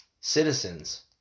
citizens